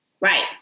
Right